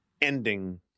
ending